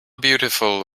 beautiful